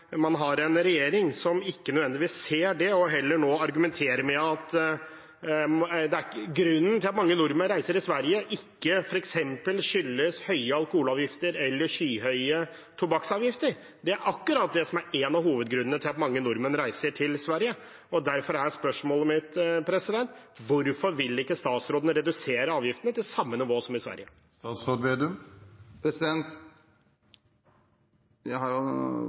man har en regjering som ikke ser det og heller argumenterer med at grunnen til at mange nordmenn reiser til Sverige, ikke er høye alkoholavgifter eller skyhøye tobakksavgifter. Det er jo én av hovedgrunnene til at mange nordmenn reiser til Sverige. Derfor er spørsmålet mitt: Hvorfor vil ikke statsråden redusere avgiftene til samme nivå som i